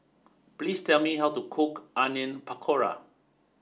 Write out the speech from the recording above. please tell me how to cook Onion Pakora